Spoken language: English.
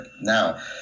now